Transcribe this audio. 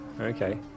Okay